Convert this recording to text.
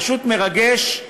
פשוט מרגש,